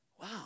wow